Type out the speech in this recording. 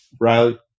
Riley